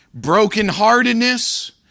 brokenheartedness